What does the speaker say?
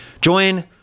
Join